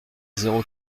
zéro